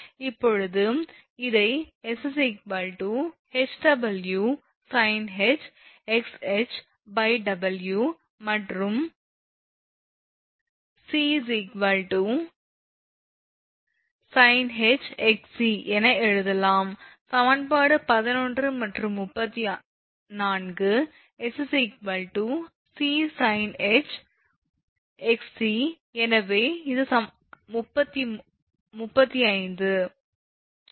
இப்போது இதை 𝑠𝐻𝑊sinh𝑥𝐻𝑊𝑐sinh𝑥𝑐 என எழுதலாம் சமன்பாடு 11 மற்றும் 34 𝑠𝑐sinh𝑥𝑐 எனவே இது 35 சமன்பாடு